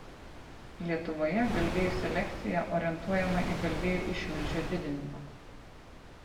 lietuvoje galvijų selekcija orientuojama į galvijų išmilžio didinimą